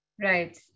Right